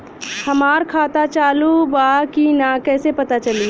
हमार खाता चालू बा कि ना कैसे पता चली?